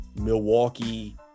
Milwaukee